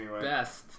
best